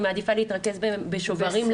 אני מעדיפה להתרכז בשוברים.